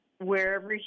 wherever